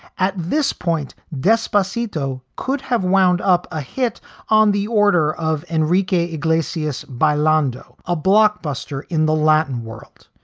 at this point, despacito could have wound up a hit on the order of enrique iglesias by landow, a blockbuster in the latin world.